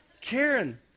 Karen